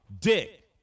dick